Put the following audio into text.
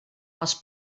els